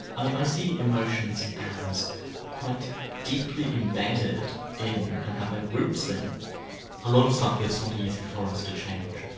i see emotions as quite deeply embedded in and have their roots in a lot of stuff that's not easy for us to change,